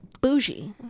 bougie